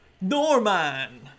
Norman